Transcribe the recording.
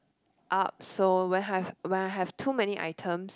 up so when I have when I have too many items